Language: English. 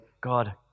God